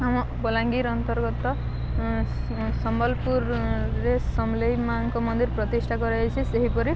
ଆମ ବଲାଙ୍ଗୀର ଅନ୍ତର୍ଗତ ସମ୍ବଲପୁରରେ ସମଲେଇମାଆଙ୍କ ମନ୍ଦିର ପ୍ରତିଷ୍ଠା କରାଯାଇଛି ସେହିପରି